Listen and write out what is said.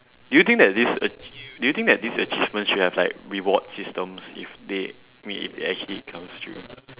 do you think that this ach~ do you think this achievementa should have like reward systems if they I me~ if it actually it comes true